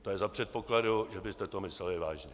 To je za předpokladu, že byste to mysleli vážně.